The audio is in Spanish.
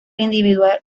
individual